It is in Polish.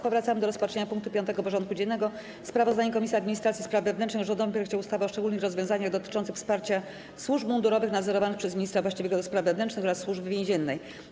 Powracamy do rozpatrzenia punktu 5. porządku dziennego: Sprawozdanie Komisji Administracji i Spraw Wewnętrznych o rządowym projekcie ustawy o szczególnych rozwiązaniach dotyczących wsparcia służb mundurowych nadzorowanych przez ministra właściwego do spraw wewnętrznych oraz Służby Więziennej.